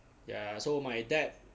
ya so my dad